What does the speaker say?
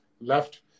left